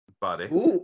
Buddy